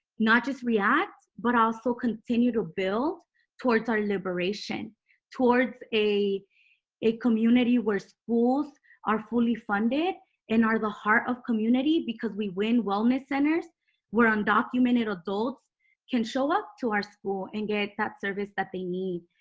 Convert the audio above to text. not just react but also continue to build towards our liberation towards a a community where schools are fully funded and are the heart of community because we win wellness centers where undocumented adults can show up to our school and get that service that they need